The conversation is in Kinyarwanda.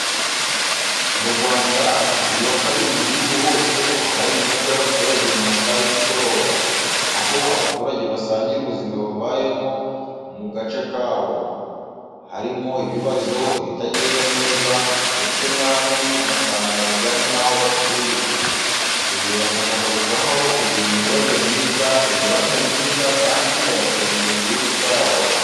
Mu Rwanda, buri wa kabiri mu gihugu hose haba inteko y’abaturage mu masaha y’ikigoroba, aho abaturage basangira ubuzima babayemo mu gace kabo, harimo ibibazo, ibitagenda neza ndetse n’andi matangazo ajyanye n'aho batuye. Ibi bibafasha kurushaho kugira imiyoborere myiza, imibanire myiza, kandi bagateza imbere igihugu cyabo.